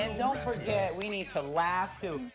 and don't forget we need to laugh to